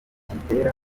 kibitera